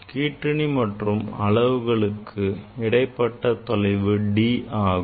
கீற்றிணி மற்றும் அளவுகளுக்கு இடைபட்ட தொலைவு D ஆகும்